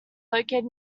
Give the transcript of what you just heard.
located